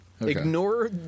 Ignore